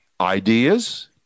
ideas